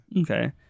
okay